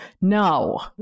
No